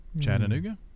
Chattanooga